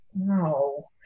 no